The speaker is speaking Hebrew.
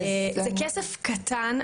זה כסף קטן.